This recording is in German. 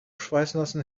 schweißnassen